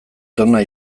tona